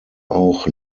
auch